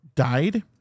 died